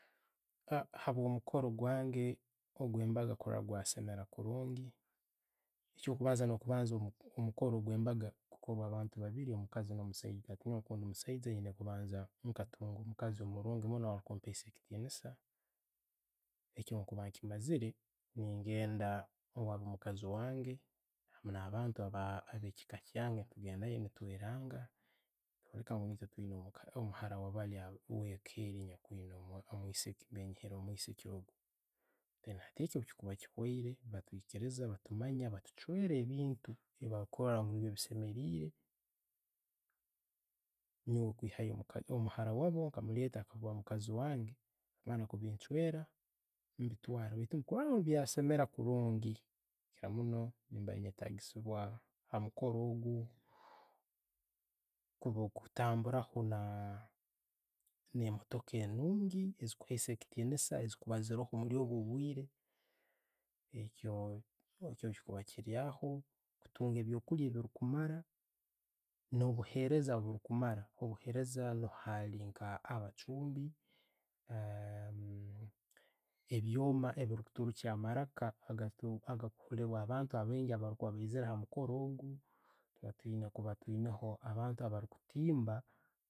Habwo mukooro gwange, ogw'embaaga kurora gwa'semeera kurungi. Ekyo kubanza no'kubanza, omukoro gwembaaga gukorwa abantu babiiri, omukazzi no'musaijja habwokuba nko omusaijja aiiyina kubaaza ngu nkatunga omukaazi omurungi munno akumpeesa ekitiinisa. Ekyo bwenkuba nkimaziire, ne'ngenda habwomukazi wange na'abantu abe chika kyange tugendayo ne'tweranga kwolekya nti niitwe abaine omuhara we'eka eri, nambiiri nyihiire omwisiiki o'gwo. Hati, ekyo bwechikuba kihoire, Bayikiriiza, bachimanya, batwiichweere ebintu bye'bakurora ngu niibyo bisemerere, nubwo kwihaho omuhara waabwo okamuleeta kuba mukazi wange. Bamara kubinchwera, mbitwara, baitu kurora ngu byasemera kurungi, kukiira muno ne'bakyetagiisiiza hamukoro ogwo, kuba no'kutambura kwo ne'emootoka enungi ezihuheesa ekitiinisa ezikuba ziroho mwobo'obwiire. Ekyo, bwechukuba chilayo, okutunga ebyokulya ebilikumara no'buheereza obulikumara. Obuhereza nka abachumbi, ebyoma ebiri kuturukya amaraka agalikuhilibwa abantu abaigi abaizire amukoro ogwo. Tuyiina kubatwineho na'abantu abali kutimba.